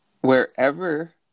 Wherever